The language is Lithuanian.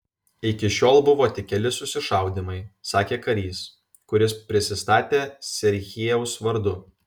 iki šiol buvo tik keli susišaudymai sakė karys kuris prisistatė serhijaus vardu